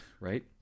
Right